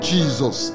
Jesus